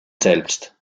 selbst